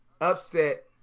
upset